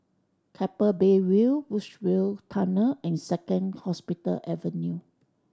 Keppel Bay View Woodsville Tunnel and Second Hospital Avenue